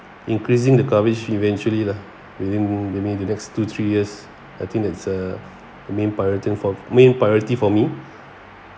increasing the coverage eventually lah within maybe the next two three years I think that's a main priority for main priority for me